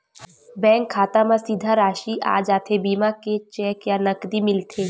Bank खाता मा सीधा राशि आ जाथे बीमा के कि चेक या नकदी मिलथे?